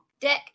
dick